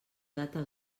data